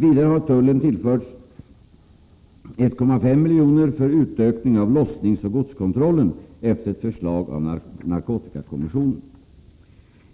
Vidare har tullen tillförts 1,5 milj.kr. för utökning av lossningsoch godskontrollen efter ett förslag av narkotikakommissionen.